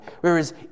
whereas